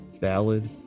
ballad